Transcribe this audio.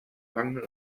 langen